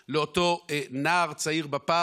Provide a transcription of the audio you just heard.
לאותו נער צעיר בפארק.